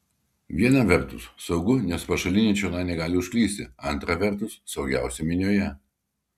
viena vertus saugu nes pašaliniai čionai negali užklysti antra vertus saugiausia minioje